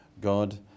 God